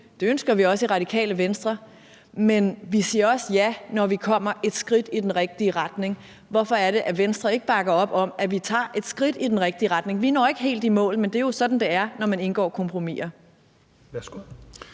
Det ønsker vi også i Radikale Venstre, men vi siger også ja, når vi kommer et skridt i den rigtige retning. Hvorfor er det, at Venstre ikke bakker op om, at vi tager et skridt i den rigtige retning? Vi når ikke helt i mål, men det er jo sådan, det er, når man indgår kompromiser.